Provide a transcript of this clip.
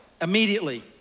Immediately